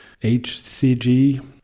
HCG